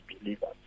believers